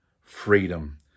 freedom